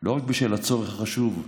לא רק בשל הצורך החשוב,